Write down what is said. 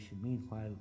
Meanwhile